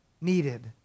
needed